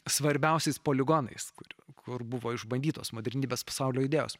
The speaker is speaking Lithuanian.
svarbiausiais poligonais kurių kur buvo išbandytos modernybės pasaulio idėjos